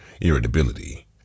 irritability